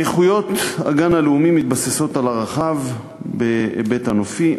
איכויות הגן הלאומי מתבססות על ערכיו בהיבט הנופי,